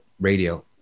radio